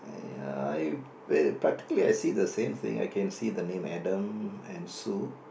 ya I ver~ particular I see the same thing I can see the name Adam and Sue